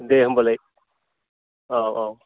दे होमबालाय औ औ